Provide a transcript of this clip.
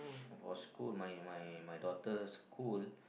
was school my my my daughter's school